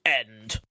end